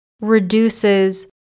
reduces